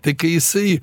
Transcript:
tai kai jisai